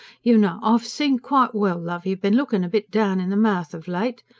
you know i've seen quite well, love, you've been looking a bit down in the mouth of late.